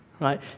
Right